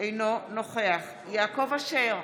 אינו נוכח יעקב אשר,